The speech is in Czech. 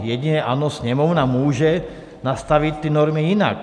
Jedině, ano, Sněmovna může nastavit ty normy jinak.